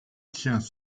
tiens